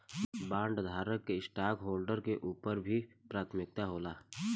बॉन्डधारक के स्टॉकहोल्डर्स के ऊपर भी प्राथमिकता होला